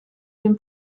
dem